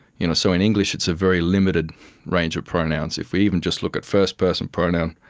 you know so in english it's a very limited range of pronouns. if we even just look at first-person pronoun,